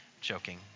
joking